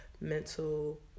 mental